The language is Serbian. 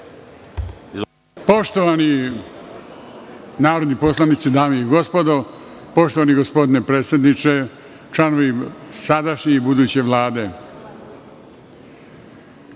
Poštovani narodni poslanici, dame i gospodo, poštovani gospodine predsedniče, članovi sadašnje i buduće Vlade,